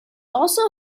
also